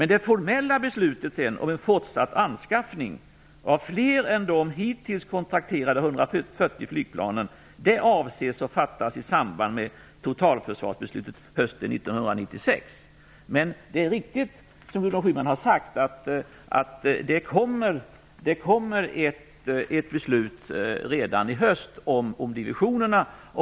Det formella beslutet om en fortsatt anskaffning av fler än de hittills kontrakterade 140 flygplanen avses skola fattas i samband med totalförsvarsbeslutet hösten 1996. Det är dock riktigt, som Gudrun Schyman har sagt, att det kommer ett beslut redan i höst om divisionerna.